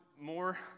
more